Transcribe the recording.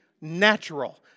natural